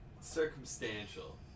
Circumstantial